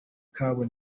kabo